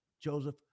Joseph